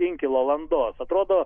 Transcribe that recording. inkilo landos atrodo